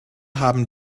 haben